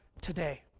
today